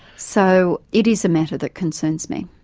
so, it is a matter that concerns me.